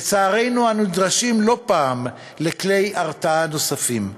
לצערנו, אנו נדרשים לא פעם לכלי הרתעה נוספים,